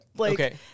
Okay